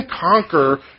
conquer